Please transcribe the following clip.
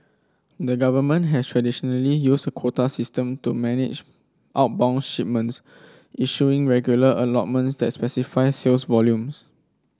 the government has traditionally used a quota system to manage outbound shipments issuing regular allotments that specify sales volumes